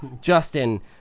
Justin